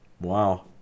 Wow